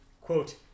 quote